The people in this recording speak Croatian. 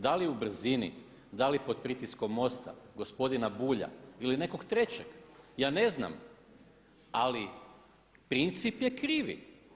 Da li u brzini, da li pod pritiskom MOST-a, gospodina Bulja ili nekog trećeg, ja ne znam, ali princip je krivi.